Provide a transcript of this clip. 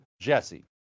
JESSE